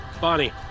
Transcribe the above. Bonnie